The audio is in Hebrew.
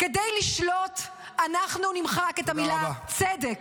כדי לשלוט אנחנו נמחק את המילה צדק.